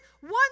one